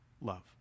love